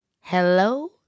Hello